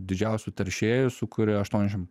didžiausių teršėjų sukuria aštuoniasdešimt